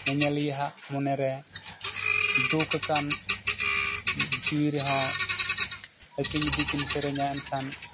ᱧᱮᱧᱮᱞᱤᱭᱟᱹ ᱦᱟᱜ ᱢᱚᱱᱮ ᱨᱮ ᱫᱩᱠ ᱟᱠᱟᱱ ᱡᱤᱣᱤ ᱨᱮᱦᱚᱸ ᱟᱹᱠᱤᱱ ᱡᱩᱫᱤ ᱠᱤᱱ ᱥᱮᱨᱮᱧᱟ ᱮᱱᱠᱷᱟᱱ